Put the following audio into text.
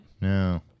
No